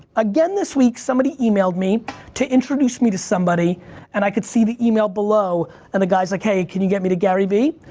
again this week somebody emailed me to introduce me to somebody and i could see the email below and the guy's like, hey, can you get me to gary vee?